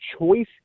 choice